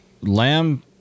Lamb